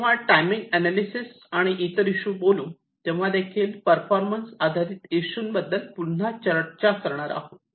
आपण जेव्हा timing analysis आणि इतर इशू बद्दल बोलू तेव्हादेखील परफार्मन्स आधारित इशू बद्दल पुन्हा चर्चा करणार आहोत